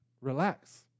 relax